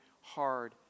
hard